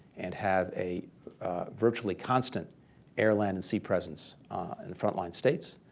and have a virtually constant air, land and sea presence in front line states,